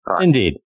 Indeed